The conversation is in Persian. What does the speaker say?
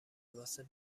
واسه